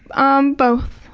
um both.